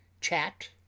chat